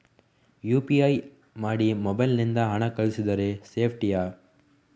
UPI ಮಾಡಿ mobile ನಿಂದ ಹಣ ಕಳಿಸಿದರೆ ಸೇಪ್ಟಿಯಾ?